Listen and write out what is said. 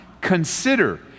consider